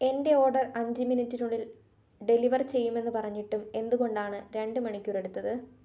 എന്റെ ഓഡർ അഞ്ച് മിനിറ്റിനുള്ളിൽ ഡെലിവർ ചെയ്യുമെന്നു പറഞ്ഞിട്ടും എന്തു കൊണ്ടാണ് രണ്ട് മണിക്കൂർ എടുത്തത്